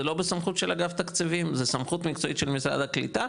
זה לא בסמכות של אגף תקציבים זו סמכות מקצועית של משרד הקליטה,